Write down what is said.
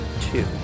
two